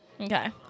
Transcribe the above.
Okay